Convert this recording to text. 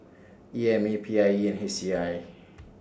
E M A P I E H C I